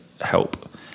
help